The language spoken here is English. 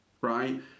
Right